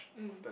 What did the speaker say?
mm